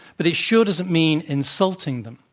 but it sure doesn't mean insulting them.